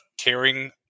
caring